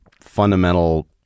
fundamental